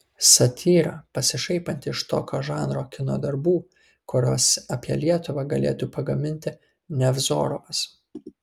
satyra pasišaipanti iš tokio žanro kino darbų kuriuos apie lietuvą galėtų pagaminti nevzorovas